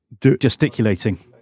Gesticulating